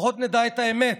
לפחות נדע את האמת.